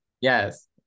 yes